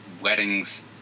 weddings